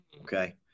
Okay